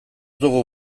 dugu